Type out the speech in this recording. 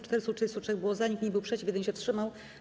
433 było za, nikt nie był przeciw, 1 się wstrzymał.